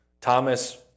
Thomas